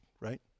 right